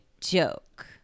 joke